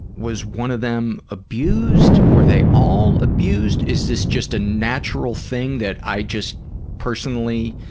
was one of them abused? were they all abused? is this just a natural thing that i just personally